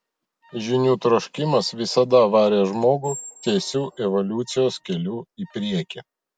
žinių troškimas visada varė žmogų tiesiu evoliucijos keliu į priekį